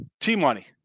T-Money